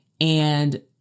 And-